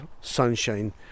sunshine